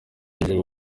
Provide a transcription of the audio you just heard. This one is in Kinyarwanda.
yiyemeje